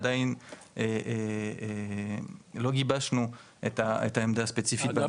עדיין לא גיבשנו את העמדה הספציפית בנושא של